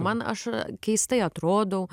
man aš keistai atrodau